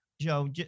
joe